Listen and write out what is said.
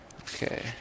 Okay